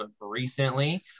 recently